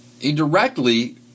indirectly